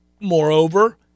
Moreover